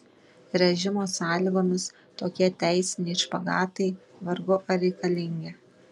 režimo sąlygomis tokie teisiniai špagatai vargu ar reikalingi